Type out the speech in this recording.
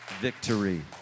Victory